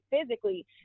physically